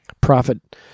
prophet